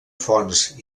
fonts